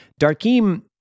Darkeem